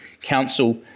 council